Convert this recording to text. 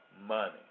money